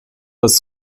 das